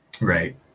Right